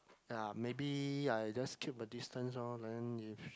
ya maybe I just keep a distance lor then if